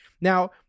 Now